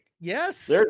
Yes